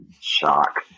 Shock